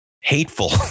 hateful